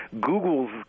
Google's